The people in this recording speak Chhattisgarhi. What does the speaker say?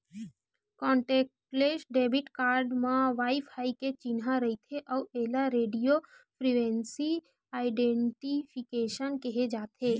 कांटेक्टलेस डेबिट कारड म वाईफाई के चिन्हा रहिथे अउ एला रेडियो फ्रिवेंसी आइडेंटिफिकेसन केहे जाथे